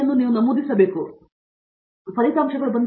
Satyanarayana N Gummadi ಅದು ಫಲಿತಾಂಶಗಳು ಬಂದಾಗ